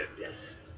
Yes